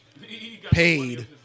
Paid